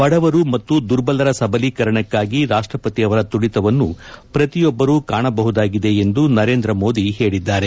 ಬಡವರು ಮತ್ತು ದುರ್ಬಲರ ಸಬಲೀಕರಣಕ್ನಾಗಿ ರಾಷ್ಟಪತಿ ಅವರ ತುಡಿತವನ್ನು ಪ್ರತಿಯೊಬ್ಬರೂ ಕಾಣಬಹುದಾಗಿದೆ ಎಂದು ನರೇಂದ ಮೋದಿ ಹೇಳಿದ್ದಾರೆ